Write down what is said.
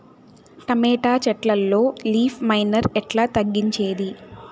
Tomato చెట్లల్లో leaf miner ఎట్లా తగ్గించేది?